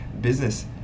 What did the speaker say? business